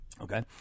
Okay